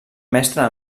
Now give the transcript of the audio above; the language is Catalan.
mestre